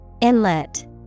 Inlet